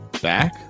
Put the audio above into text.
Back